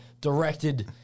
directed